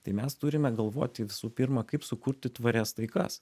tai mes turime galvoti visų pirma kaip sukurti tvarias taikas